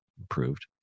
improved